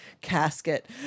casket